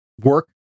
work